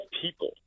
people